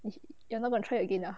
if you're not gonna try again ah